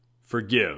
Forgive